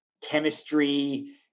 chemistry